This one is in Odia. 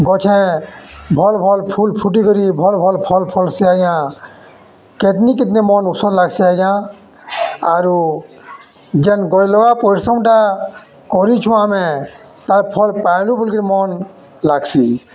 ଗଛେ ଭଲ୍ ଭଲ୍ ଫୁଲ୍ ଫୁଟିକରି ଭଲ୍ ଭଲ୍ ଫଲ୍ ଫଲ୍ସି ଆଜ୍ଞା କେତ୍ନି କେତ୍ନି ମନ୍ ଉଷତ୍ ଲାଗ୍ସି ଆଜ୍ଞା ଆରୁ ଯେନ୍ ଗଛ୍ଲଗା ପରିଶ୍ରମ୍ଟା କରିଛୁଁ ଆମେ ତା'ର୍ ଫଲ୍ ପାଇଲୁ ବୋଲିକିରି ମନ୍ ଲାଗ୍ସି